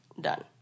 done